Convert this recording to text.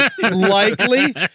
likely